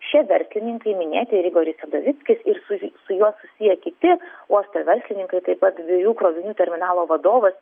šie verslininkai minėti ir igoris udovickis ir su su juo susiję kiti uosto verslininkai taip pat dviejų krovinių terminalo vadovas